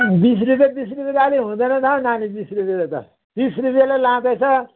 बिस रुपियाँ बिस रुपियाँ त अलि हुँदैन हौ नानी बिस रुपियाँले त तिस रुपियाँले लाँदैछ